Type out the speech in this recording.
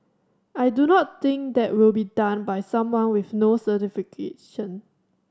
I do not think that will be done by someone with no certification